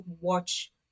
watch